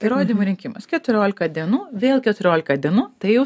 įrodymų rinkimas keturiolika dienų vėl keturiolika dienų tai jau